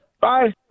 Bye